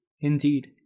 Indeed